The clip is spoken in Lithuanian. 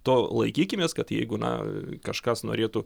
to laikykimės kad jeigu na kažkas norėtų